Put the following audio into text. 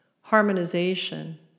harmonization